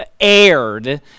aired